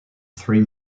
three